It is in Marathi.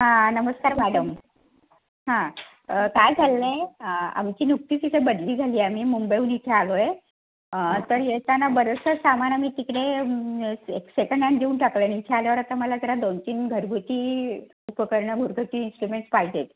हां नमस्कार मॅडम हां काय चाललं आहे आमची नुकतीच इथे बदली झाली आहे आम्ही मुंबईहून इथे आलो आहे तर येताना बरंचसं सामान आम्ही तिकडे सेकंड हँड देऊन टाकलं आहे आणि इथे आल्यावर आता मला जरा दोन तीन घरगुती उपकरणं घरगुती इंस्ट्रुमेंट्स पाहिजेत